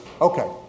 Okay